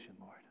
Lord